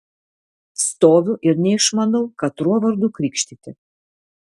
stoviu ir neišmanau katruo vardu krikštyti